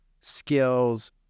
skills